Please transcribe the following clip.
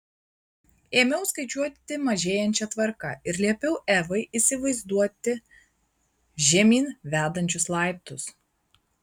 ėmiau skaičiuoti mažėjančia tvarka ir liepiau evai įsivaizduoti žemyn vedančius laiptus